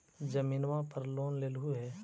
जमीनवा पर लोन लेलहु हे?